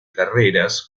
carreras